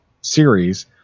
series